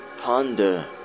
Ponder